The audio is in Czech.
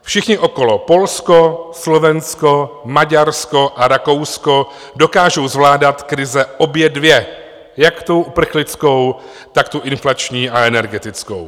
Všichni okolo, Polsko, Slovensko, Maďarsko a Rakousko, dokážou zvládat krize obě dvě, jak tu uprchlickou, tak tu inflační a energetickou.